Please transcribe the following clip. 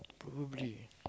probably